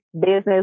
business